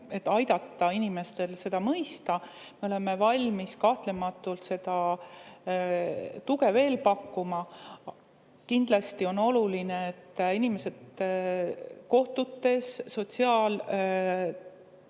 aidata inimestel mõista. Me oleme valmis kahtlematult seda tuge veel pakkuma. Kindlasti on oluline, et ka inimestel kohtutes ja